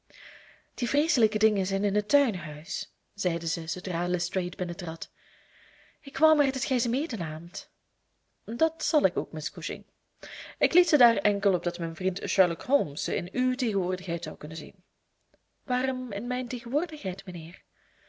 die vreeselijke dingen zijn in het tuinhuis zeide zij zoodra lestrade binnentrad ik wou maar dat gij ze medenaamt dat zal ik ook miss cushing ik liet ze daar enkel opdat mijn vriend sherlock holmes ze in uw tegenwoordigheid zou kunnen zien waarom in mijn tegenwoordigheid mijnheer